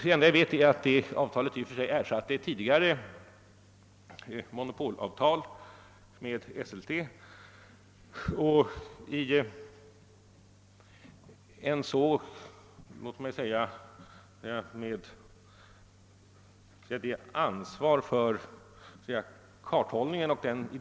Men jag vill erinra om att detta avtal ersatte ett tidigare monopolavtal med Esselte.